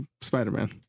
Spider-Man